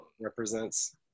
represents